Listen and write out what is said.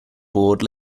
board